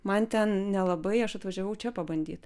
man ten nelabai aš atvažiavau čia pabandyt